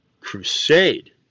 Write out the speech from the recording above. crusade